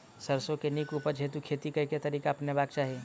सैरसो केँ नीक उपज हेतु खेती केँ केँ तरीका अपनेबाक चाहि?